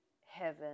heaven